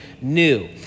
new